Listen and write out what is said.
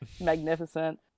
magnificent